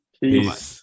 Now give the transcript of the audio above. Peace